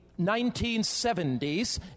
1970s